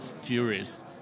furious